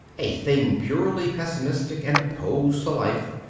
a thing purely pessimistic and opposed to life,